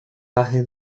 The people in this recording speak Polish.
pachy